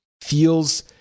feels